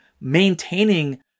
maintaining